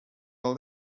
all